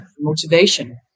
Motivation